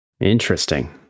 Interesting